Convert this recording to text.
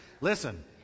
Listen